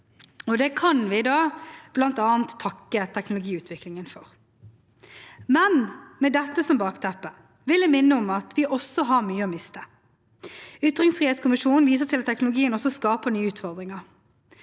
Det kan vi bl.a. takke teknologiutviklingen for. Men med dette som bakteppe vil jeg minne om at vi også har mye å miste. Ytringsfrihetskommisjonen viser til at teknologien også skaper nye utfordringer.